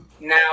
Now